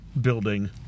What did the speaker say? building